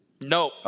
No